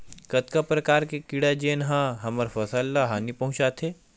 कतका प्रकार के कीड़ा जेन ह हमर फसल ल हानि पहुंचाथे?